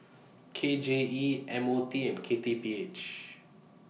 K J E M O T and K T P H